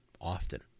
often